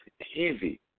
heavy